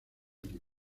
libros